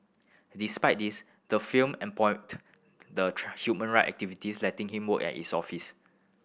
despite this the firm employed the human right activists letting him work at its office